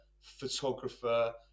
photographer